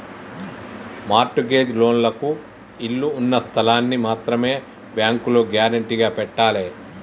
mart gauge లోన్లకు ఇళ్ళు ఉన్న స్థలాల్ని మాత్రమే బ్యేంకులో గ్యేరంటీగా పెట్టాలే